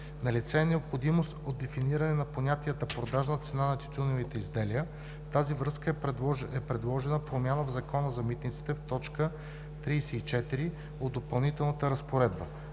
Налице е необходимост от дефиниране на понятията „продажна цена на тютюневи изделия“, в тази връзка е предложена промяната в Закона за митниците в т. 34 от Допълнителната разпоредба.